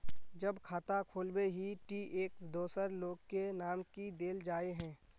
जब खाता खोलबे ही टी एक दोसर लोग के नाम की देल जाए है?